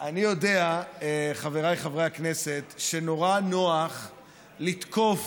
אני יודע, חבריי חברי הכנסת, שנורא נוח לתקוף